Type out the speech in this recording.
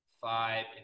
five